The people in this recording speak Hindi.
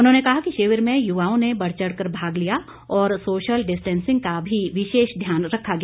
उन्होंने कहा कि शिविर में युवाओं ने बढ़ चढ़ कर भाग लिया और सोशल डिस्टेंसिंग का विशेष ध्यान रखा गया